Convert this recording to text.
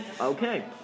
Okay